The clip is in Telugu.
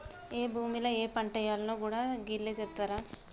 ఏ భూమిల ఏ పంటేయాల్నో గూడా గీళ్లే సెబుతరా ఏంది?